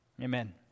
Amen